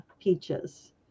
Peaches